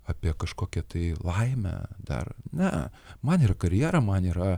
apie kažkokią tai laimę dar ne man yra karjera man yra